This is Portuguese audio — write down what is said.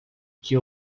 que